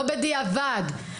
לא בדיעבד.